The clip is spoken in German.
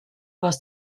was